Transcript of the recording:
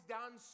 done